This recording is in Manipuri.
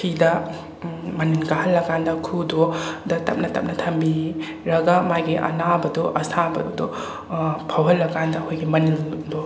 ꯐꯤꯗ ꯃꯅꯤꯟ ꯀꯥꯍꯜꯂ ꯀꯥꯟꯗ ꯈꯨꯨꯎꯗꯣ ꯑꯗ ꯇꯞꯅ ꯇꯞꯅ ꯊꯝꯕꯤꯔꯒ ꯃꯥꯒꯤ ꯑꯅꯥꯕꯗꯣ ꯑꯁꯥꯕꯗꯣ ꯐꯥꯎꯍꯜꯂ ꯀꯥꯟꯗ ꯑꯩꯈꯣꯏꯒꯤ ꯃꯅꯤꯜꯗꯣ